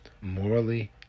morally